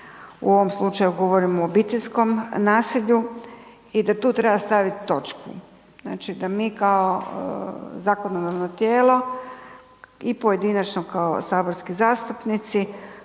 U ovom slučaju govorimo o obiteljskom nasilju i da tu treba staviti točku. Znači da mi kao zakonodavno tijelo i pojedinačno kao saborski zastupnici